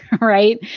Right